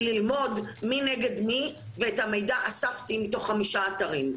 ללמוד מי נגד מי ואת המידע אספתי מתוך 5 אתרים.